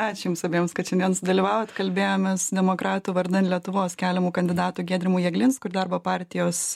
ačiū jums abiems kad šiandien dalyvavot kalbėjomės demokratų vardan lietuvos keliamu kandidatu giedrimu jeglinsku ir darbo partijos